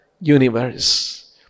universe